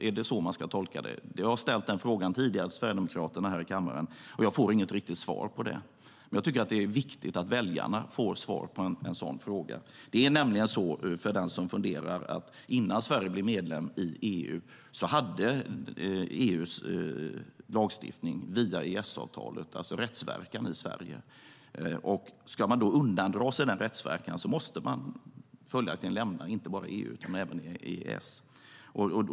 Är det så man ska tolka det? Jag har ställt frågan till Sverigedemokraterna här i kammaren tidigare, och jag får inget riktigt svar på det. Jag tycker att det är viktigt att väljarna får svar på en sådan fråga. Det är nämligen så, för den som funderar, att EU:s lagstiftning hade rättsverkan i Sverige via EES-avtalet även innan Sverige blev medlem. Ska man undandra sig den rättsverkan måste man följaktligen lämna inte bara EU utan även EES.